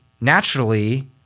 naturally